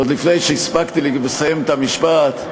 עוד לפני שהספקתי לסיים את המשפט,